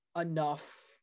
enough